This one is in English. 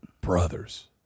brothers